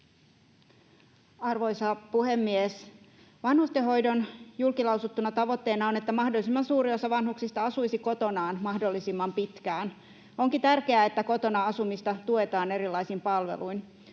Arvoisa puhemies! Vanhustenhoidon julki lausuttuna tavoitteena on, että mahdollisimman suuri osa vanhuksista asuisi kotonaan mahdollisimman pitkään. Onkin tärkeää, että kotona asumista tuetaan erilaisin palveluin.